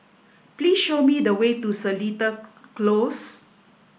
please show me the way to Seletar Close